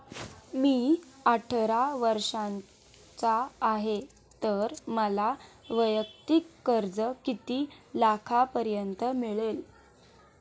मी अठरा वर्षांचा आहे तर मला वैयक्तिक कर्ज किती लाखांपर्यंत मिळेल?